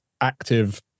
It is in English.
active